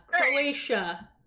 Croatia